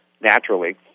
naturally